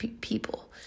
people